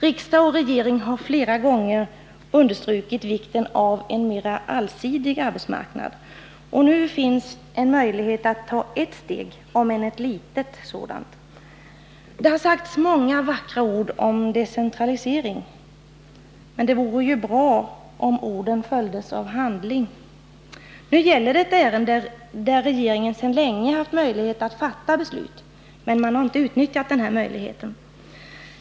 Riksdag och regering har flera gånger understrukit vikten av en mer allsidig arbetsmarknad. Nu finns en möjlighet att ta ett steg, om än ett litet sådant. Det har sagts många vackra ord om decentralisering, men det vore också bra om orden följdes av handling. Nu gäller det ett ärende där regeringen sedan länge haft möjlighet att fatta beslut, men den möjligheten har man inte utnyttjat.